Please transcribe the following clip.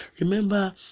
remember